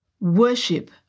Worship